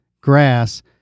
grass